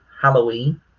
halloween